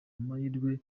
mahirwe